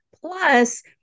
Plus